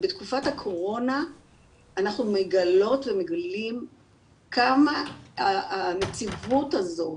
בתקופת הקורונה אנחנו מגלות ומגלים כמה הנציבות הזאת